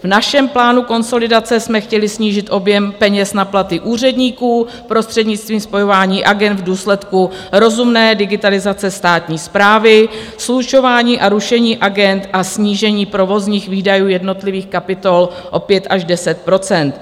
V našem plánu konsolidace jsme chtěli snížit objem peněz na platy úředníků prostřednictvím spojování agend v důsledku rozumné digitalizace státní správy, slučování a rušení agend a snížení provozních výdajů jednotlivých kapitol o 5 až 10 %.